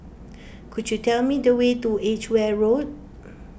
could you tell me the way to Edgeware Road